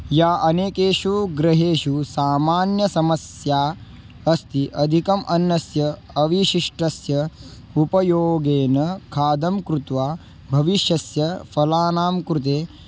या अनेकेषु गृहेषु सामान्यसमस्या अस्ति अधिकम् अन्नस्य अवशिष्टस्य उपयोगेन खादं कृत्वा भविष्यस्य फलानां कृते